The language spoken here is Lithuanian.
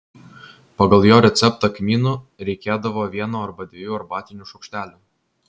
pagal jo receptą kmynų reikėdavo vieno arba dviejų arbatinių šaukštelių